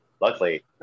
Luckily